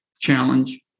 challenge